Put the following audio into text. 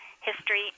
history